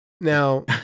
Now